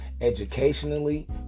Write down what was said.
educationally